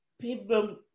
people